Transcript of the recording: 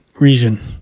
region